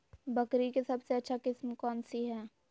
बकरी के सबसे अच्छा किस्म कौन सी है?